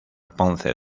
ponce